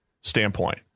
standpoint